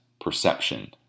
perception